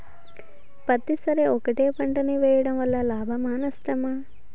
పత్తి సరి ఒకటే పంట ని వేయడం వలన లాభమా నష్టమా?